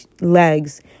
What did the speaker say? legs